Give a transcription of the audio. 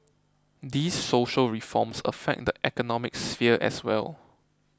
these social reforms affect the economic sphere as well